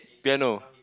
piano